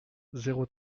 zéro